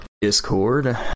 Discord